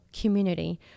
community